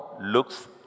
looks